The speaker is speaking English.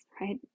right